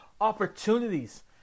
opportunities